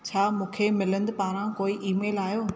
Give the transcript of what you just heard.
छा मूंखे मिलिंद पारां को ईमेल आहियो